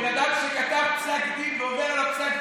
בן אדם שכתב פסק דין ועובר על פסק הדין,